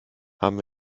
haben